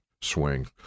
swing